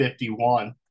51